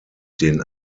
den